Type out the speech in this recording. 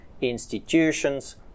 institutions